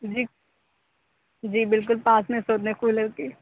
جی جی بالکل پاس میں سوتے ہیں کولر کے